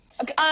Okay